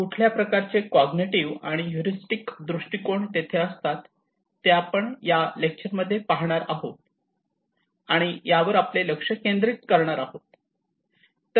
कुठल्या प्रकारचे कॉग्निटिव्ह आणि हयूरिस्टिक दृष्टिकोन तिथे असतात ते आपण या लेक्चरमध्ये पाहणार आहोत आणि यावर आपले लक्ष केंद्रित करणार आहोत